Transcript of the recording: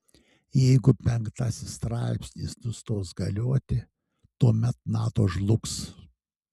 jeigu penktasis straipsnis nustos galioti tuomet nato žlugs